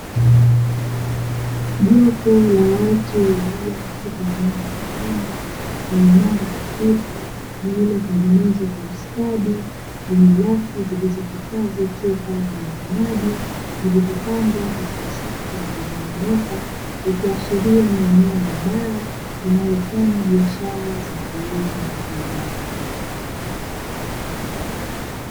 Jopo la watu walio katika eneo la ndani lenye mwanga hafifu lililotengenezwa kwa ustadi, lenye rafu zilizohifadhi chupa zenye vinywaji vilivyopangwa katika safu zilizonyooka ikiashiria ni eneo la baa, linalofanya biashara za kuuza vinywaji.